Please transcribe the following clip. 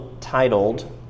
titled